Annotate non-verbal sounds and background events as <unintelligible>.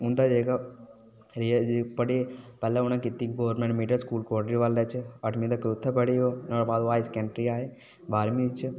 उं'दा <unintelligible> जेह्का उ'नें पैह्नें किती गोरमैंट मिडल स्कूल कोटलीवाला च अठमी तकर उत्थै पढ़े ओह् ओह्दे बाद हाई स्कैंडरी आए बाह्रमीं च